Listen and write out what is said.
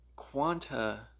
quanta